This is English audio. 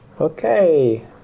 Okay